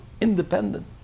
independent